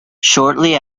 shortly